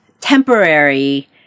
temporary